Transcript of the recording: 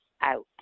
out